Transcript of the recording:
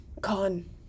Con